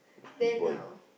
then uh